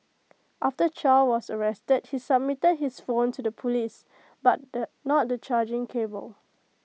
after chow was arrested he submitted his phone to the Police but the not the charging cable